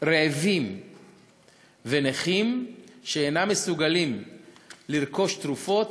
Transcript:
רעבים ונכים שאינם מסוגלים לרכוש תרופות,